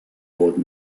old